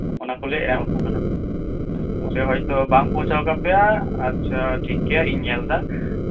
ᱚᱱᱟ ᱠᱚᱞᱮ ᱮᱢ ᱟᱠᱚ ᱠᱟᱱᱟ ᱟᱯᱮ ᱦᱚᱭᱛᱚ ᱵᱟᱝ ᱯᱚᱣᱪᱷᱟᱣ ᱠᱟᱫ ᱯᱮᱭᱟ ᱟᱪᱪᱷᱟ ᱴᱷᱤᱠ ᱜᱮᱭᱟ ᱤᱧ ᱧᱮᱞ ᱫᱟ